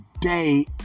today